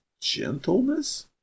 gentleness